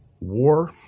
war